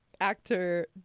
actor